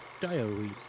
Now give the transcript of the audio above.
diary